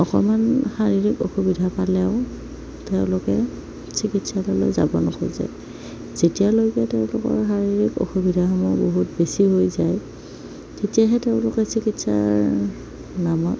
অকণমান শাৰীৰিক অসুবিধা পালেও তেওঁলোকে চিকিৎসালয়লৈ যাব নোখোজে যেতিয়ালৈকে তেওঁলোকৰ শাৰীৰিক অসুবিধাসমূহ বহুত বেছি হৈ যায় তেতিয়াহে তেওঁলোকে চিকিৎসাৰ নামত